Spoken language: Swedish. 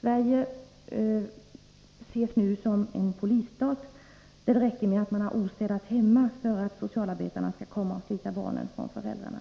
Sverige sägs i dag vara en polisstat, där det räcker med att man har ostädat hemma för att socialarbetarna skall komma och slita barnen från föräldrarna.